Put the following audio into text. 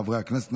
חברי הכנסת,